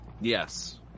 Yes